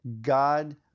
God